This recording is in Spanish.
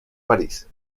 parís